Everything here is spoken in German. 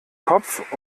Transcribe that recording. kopf